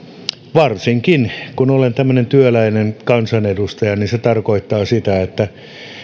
varsinkin kun olen tämmöinen työläinen kansanedustaja niin se tarkoittaa sitä että